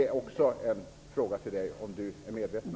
Är Bo Bernhardsson medveten om detta?